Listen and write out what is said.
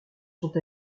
sont